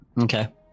Okay